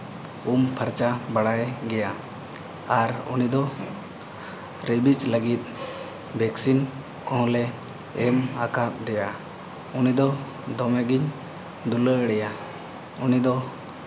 ᱩᱢ ᱯᱷᱟᱨᱪᱟ ᱵᱟᱲᱟᱭᱮ ᱜᱮᱭᱟ ᱟᱨ ᱩᱱᱤ ᱫᱚ ᱨᱤᱞᱤᱡᱽ ᱞᱟᱹᱜᱤᱫ ᱵᱷᱮᱠᱥᱤᱱ ᱠᱚᱦᱚᱸᱞᱮ ᱮᱢ ᱟᱠᱟᱫᱮᱭᱟ ᱩᱱᱤ ᱫᱚ ᱫᱚᱢᱮ ᱜᱤᱧ ᱫᱩᱞᱟᱹᱲᱟᱭᱟ ᱩᱱᱤ ᱫᱚ